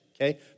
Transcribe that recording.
okay